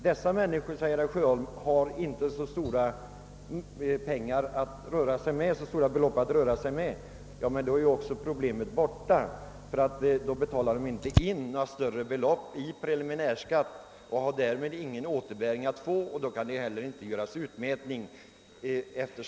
Dessa människor, säger herr Sjöholm, har inte så stora pengar att röra sig med. Men då är också problemet borta, ty då betalar de inte in några större belopp i preliminärskatt och har därmed ingen återbäring att få. Följaktligen kan det inte heller göras någon utmätning.